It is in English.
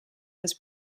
was